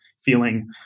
feeling